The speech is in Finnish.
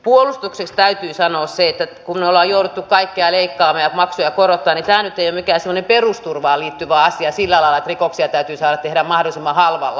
puolustukseksi täytyy sanoa se että kun ollaan jouduttu kaikkea leikkaamaan ja maksuja korottamaan niin tämä nyt ei ole mikään sellainen perusturvaan liittyvä asia sillä lailla että rikoksia täytyy saada tehdä mahdollisimman halvalla